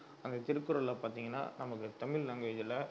அந்த திருக்குறளில் பார்த்தீங்கன்னா நமக்கு தமிழ் லாங்குவேஜில்